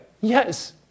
Yes